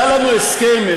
היה לנו הסכם,